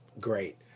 great